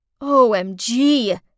OMG